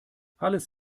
alles